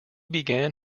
began